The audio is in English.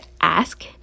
ask